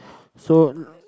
so